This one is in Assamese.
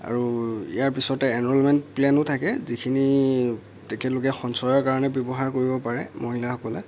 আৰু ইয়াৰ পিছতে এনৰলমেণ্ট প্লেনো থাকে যিখিনি তেওঁলোকে সঞ্চয়ৰ কাৰণে ব্যৱহাৰ কৰিব পাৰে মহিলাসকলে